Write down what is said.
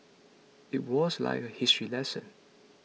it was like a history lesson